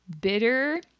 bitter